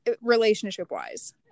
relationship-wise